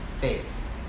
face